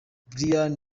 brian